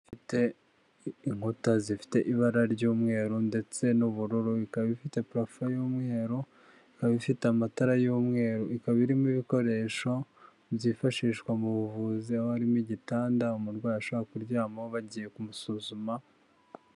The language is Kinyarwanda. Bifite inkuta zifite ibara ry'umweru ndetse n'ubururu. Ikaba ifite purafo y'umweru, ikaba ifite amatara y'umweru, ikaba irimo ibikoresho byifashishwa mu buvuzi. Haba harimo igitanda umurwayi ashobora kuryamaho bagiye kumusuzuma.